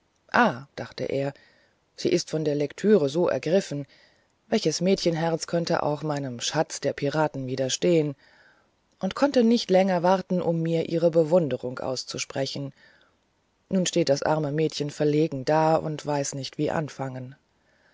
dachte er sie ist von der lektüre so ergriffen welches mädchenherz könnte auch meinem schatz des piraten widerstehen und konnte nicht länger warten um mir ihre bewunderung auszusprechen nun steht das arme mädchen verlegen da und weiß nicht wie anfangen